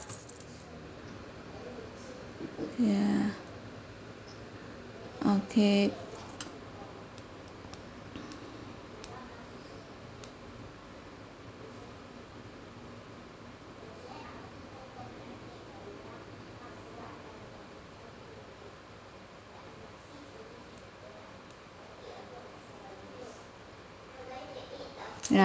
ya okay ya